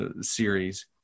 series